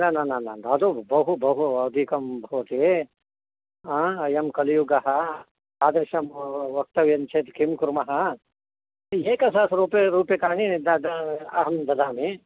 न न न न अधु बहु बहु अधिकं भवति ए आ अयं कलियुगः तादृशं वक्तव्यं चेत् किं कुर्मः एकसहस्र रूप्यकाणि दाद् अहं ददामि